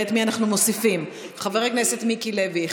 נראה את מי אנחנו מוסיפים: 1. חבר הכנסת מיקי לוי,